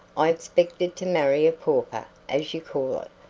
i expected to marry a pauper, as you call it.